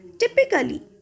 Typically